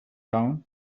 town